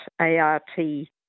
A-R-T